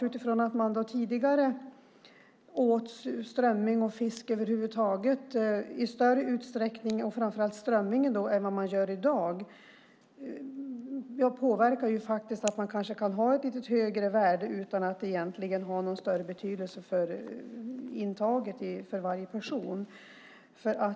Utifrån att man tidigare åt framför allt strömming men fisk över huvud taget i större utsträckning än man gör i dag kanske vi faktiskt kan ha ett lite högre värde utan att det egentligen har någon större betydelse för intaget för varje person.